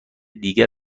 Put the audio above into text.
دیگر